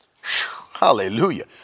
Hallelujah